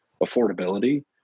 affordability